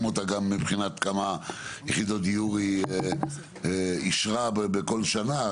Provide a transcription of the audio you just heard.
אותה גם מבחינת כמה יחידות דיור היא אישרה בכל שנה.